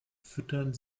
füttern